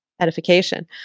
edification